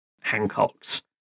Hancocks